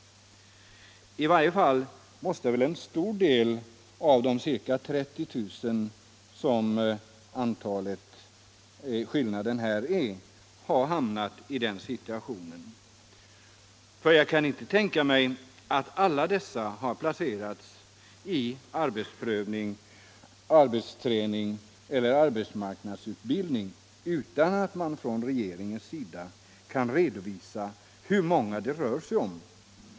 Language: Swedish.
I varje fall måste väl en stor del av dessa ca 30000 ha hamnat i den situationen. Jag kan inte tänka mig att alla dessa har placerats i arbetsprövning, arbetsträning eller arbetsmarknadsutbildning utan att man från regeringens sida kan redovisa hur många det rör sig om.